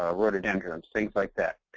um rhododendrons, things like that.